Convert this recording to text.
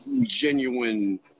genuine